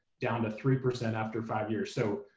down to three percent after five years. so